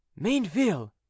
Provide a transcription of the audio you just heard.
Mainville